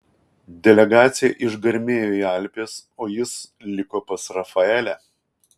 delegacija išgarmėjo į alpes o jis liko pas rafaelę